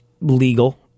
legal